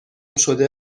شده